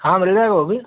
हाँ मिल जाएगा वह भी